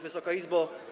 Wysoka Izbo!